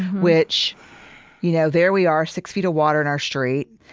which you know there we are, six feet of water in our street.